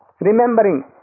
remembering